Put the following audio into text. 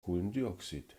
kohlendioxid